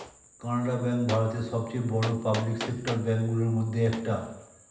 Canara bank ভারতের সবচেয়ে বড় পাবলিক সেক্টর ব্যাঙ্ক গুলোর মধ্যে একটা